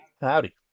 Howdy